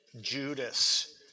Judas